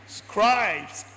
scribes